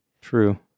True